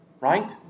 Right